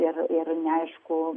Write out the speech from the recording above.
ir ir neaišku